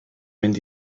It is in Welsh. mynd